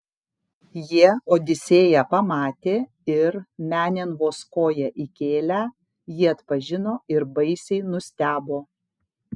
jie odisėją pamatė ir menėn vos koją įkėlę jį atpažino ir baisiai nustebo